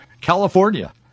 California